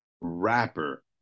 rapper